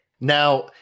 Now